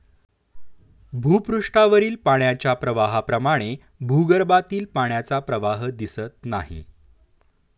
भूपृष्ठावरील पाण्याच्या प्रवाहाप्रमाणे भूगर्भातील पाण्याचा प्रवाह दिसत नाही